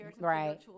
right